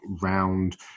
round